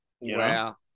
Wow